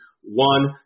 one